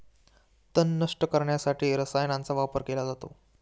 तण नष्ट करण्यासाठी रसायनांचा वापर केला जातो